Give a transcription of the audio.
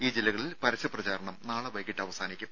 ഈ ജില്ലകളിൽ പരസ്യ പ്രചാരണം നാളെ വൈകീട്ട് അവസാനിക്കും